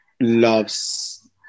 loves